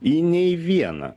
į nei vieną